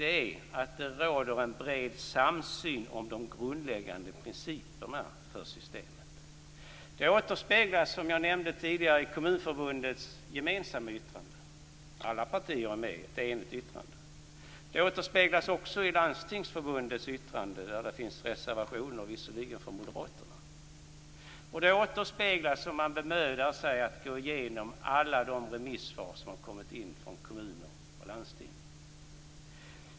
Det är att det råder en bred samsyn om de grundläggande principerna för systemet. Det återspeglas, som jag nämnde tidigare, i Kommunförbundets gemensamma yttrande. Alla partier är med. Det är ett enigt yttrande. Det återspeglas också i Landstingsförbundets yttrande, där det visserligen finns reservationer från moderaterna. Det återspeglas i alla de remissvar som har kommit in från kommuner och landsting, vilket man ser om man bemödar sig att gå igenom dem.